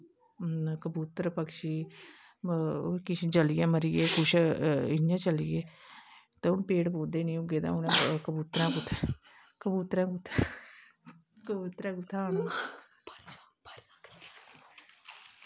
कबूतर पक्षी कुछ जलियै मरिये कुछ इयां चली गे ते हून पेड़ पौधे नी होगे ते कबूतरैं कुत्थें कबूतरैं कुत्थें आना